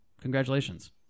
congratulations